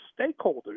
stakeholders